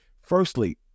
Firstly